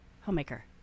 Homemaker